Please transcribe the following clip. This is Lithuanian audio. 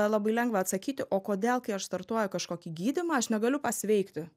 labai lengva atsakyti o kodėl kai aš startuoju kažkokį gydymą aš negaliu pasveikti